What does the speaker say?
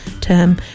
term